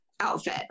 outfit